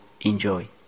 Enjoy